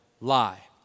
lie